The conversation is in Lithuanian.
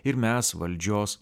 ir mes valdžios